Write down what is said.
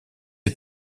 est